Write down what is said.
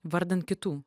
vardan kitų